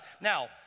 Now